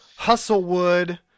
Hustlewood